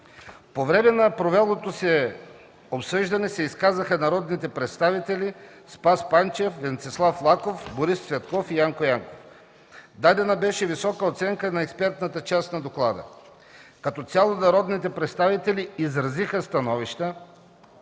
По време на провелото се обсъждане се изказаха народните представители Спас Панчев, Венцислав Лаков, Борис Цветков и Янко Янков. Дадена беше висока оценка на експертната част на доклада. Като цяло народните представители изразиха становища,